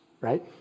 right